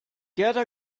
gerda